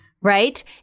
Right